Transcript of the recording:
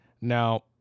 Now